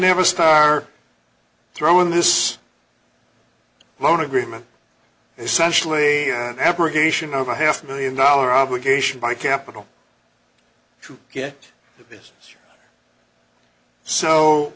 never start throwing this loan agreement essentially an abrogation of a half million dollar obligation by capital to get